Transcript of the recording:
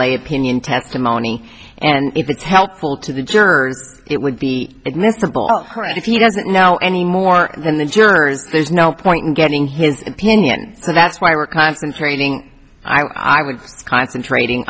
late opinion testimony and if you tell pull to the jersey it would be admissible if he doesn't know any more than the jurors there's no point in getting his opinion so that's why we're concentrating i was concentrating